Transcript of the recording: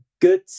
good